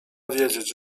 wiedzieć